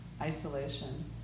isolation